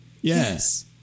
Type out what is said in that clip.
Yes